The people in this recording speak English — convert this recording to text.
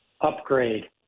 upgrade